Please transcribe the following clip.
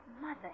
mother